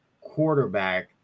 quarterback